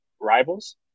rivals